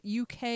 UK